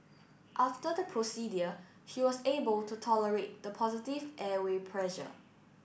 after the procedure she was able to tolerate the positive airway pressure